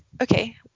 okay